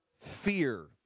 fear